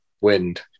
wind